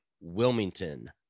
Wilmington